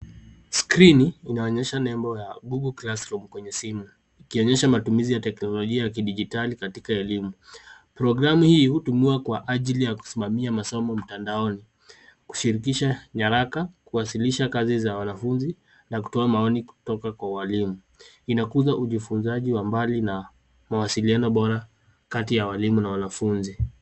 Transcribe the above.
Skrini inaonyesha nembo ya Google Classroom kwenye simu ikionyesha matumizi ya teknolojia ya kidijitali katika elimu. Programu hii hutumiwa kwa ajili ya kusimamia masomo mtandaoni. Hushirikisha nyaraka, kuwasilisha kazi za wanafunzi na kutoa maoni kutoka kwa walimu. Inakuja ujifunzaji wa mbali na mawasiliano bora kati ya walimu na wanafunzi.